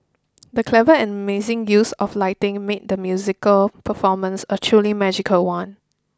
the clever and amazing use of lighting made the musical performance a truly magical one